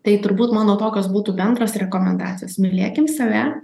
tai turbūt mano tokios būtų bendros rekomendacijos mylėkim save